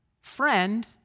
friend